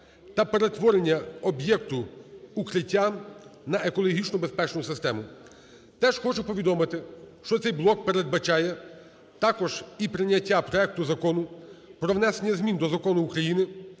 та перетворення об'єкта "Укриття" на екологічно безпечну систему. Теж хочу повідомити, що цей блок передбачає також і прийняття проекту Закону про внесення змін до Закону України